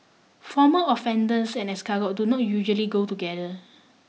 former offenders and escargot do not usually go together